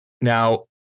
Now